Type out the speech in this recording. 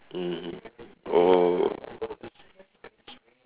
mmhmm oh